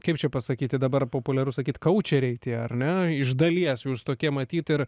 kaip čia pasakyti dabar populiaru sakyt kaučeriai tie ar ne iš dalies jūs tokie matyt ir